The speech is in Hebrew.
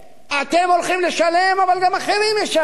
אתם הולכים לשלם אבל גם אחרים ישלמו.